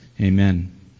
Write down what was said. Amen